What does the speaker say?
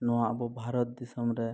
ᱱᱚᱣᱟ ᱟᱵᱚ ᱵᱷᱟᱨᱚᱛ ᱫᱤᱥᱚᱢ ᱨᱮ